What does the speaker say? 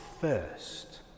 first